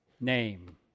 name